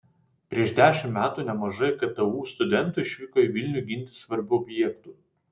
prieš dešimt metų nemažai ktu studentų išvyko į vilnių ginti svarbių objektų